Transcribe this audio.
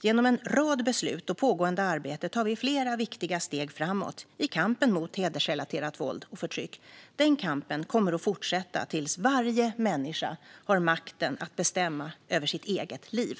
Genom en rad beslut och pågående arbete tar vi flera viktiga steg framåt i kampen mot hedersrelaterat våld och förtryck. Den kampen kommer att fortsätta tills varje människa har makten att bestämma över sitt eget liv.